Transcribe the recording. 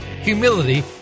humility